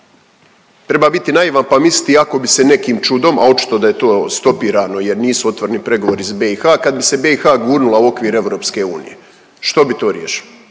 Treba biti naivan pa misliti i ako bi se nekim čudom, a očito da je to stopirano jer nisu otvoreni pregovori sa BiH. Kad bi se BiH gurnula u okvir EU što bi to riješilo?